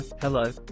hello